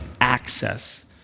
access